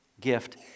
gift